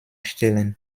stellen